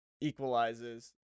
equalizes